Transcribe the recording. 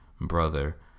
brother